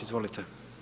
Izvolite.